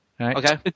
Okay